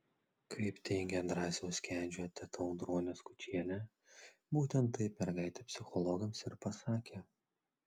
kaip teigia drąsiaus kedžio teta audronė skučienė būtent taip mergaitė psichologams ir pasakė